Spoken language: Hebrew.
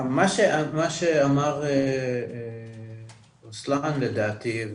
מה שאמר רוסלאן לדעתי,